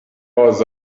was